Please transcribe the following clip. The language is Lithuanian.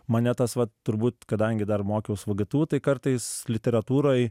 mane tas va turbūt kadangi dar mokiaus vgtu tai kartais literatūroj